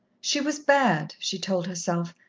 she was bad, she told herself,